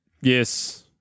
Yes